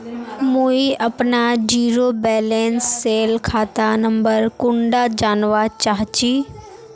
मुई अपना zero balance सेल खाता नंबर कुंडा जानवा चाहची?